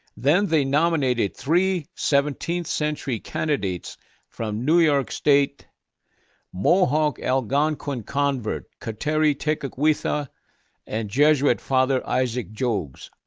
then they nominated three seventeenth century candidates from new york state mohawk-algonquin convert kateri tekakwitha and jesuit father isaac jogues,